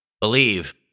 Believe